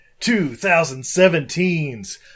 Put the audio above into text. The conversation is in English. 2017's